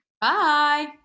Bye